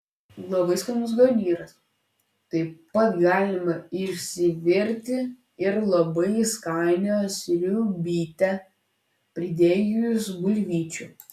labai skanus garnyras taip pat galima išsivirti ir labai skanią sriubytę pridėjus bulvyčių